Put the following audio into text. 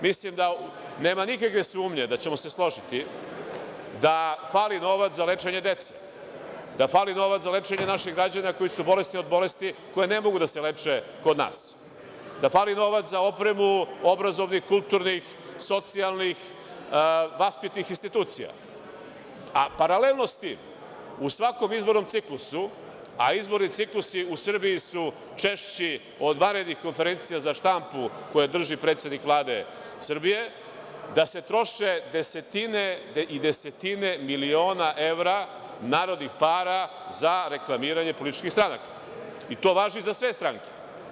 Mislim da nema nikakve sumnje da ćemo se složiti da fali novac za lečenje dece, da fali novac za lečenje naših građana koji su bolesni od bolesti koje ne mogu da se leče kod nas, da fali novac za opremu obrazovnih, kulturnih, socijalnih, vaspitnih institucija, a paralelno sa tim, u svakom izbornom ciklusu, a izborni ciklusi u Srbiji su češći od vanrednih konferencija za štampu koje drži predsednik Vlade Srbije, da se troše desetine i desetine miliona evra narodnih para za reklamiranje političkih stranaka, i to važi za sve stranke.